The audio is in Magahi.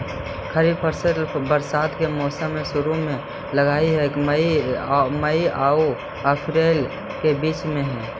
खरीफ फसल बरसात के मौसम के शुरु में लग हे, मई आऊ अपरील के बीच में